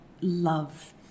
love